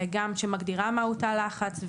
שגם מגדירה מהו תא לחץ.